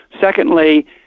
Secondly